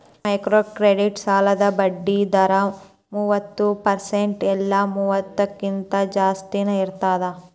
microcredit ಸಾಲದ್ ಬಡ್ಡಿ ದರ ಮೂವತ್ತ ಪರ್ಸೆಂಟ್ ಇಲ್ಲಾ ಮೂವತ್ತಕ್ಕಿಂತ ಜಾಸ್ತಿನಾ ಇರ್ತದ